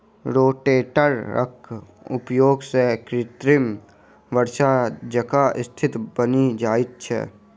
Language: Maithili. रोटेटरक प्रयोग सॅ कृत्रिम वर्षा जकाँ स्थिति बनि जाइत छै